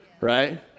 right